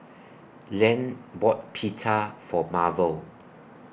Len bought Pita For Marvel